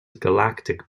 galactic